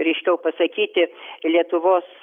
ryškiau pasakyti lietuvos